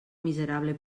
miserable